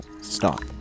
stop